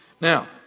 Now